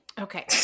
Okay